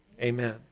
Amen